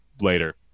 later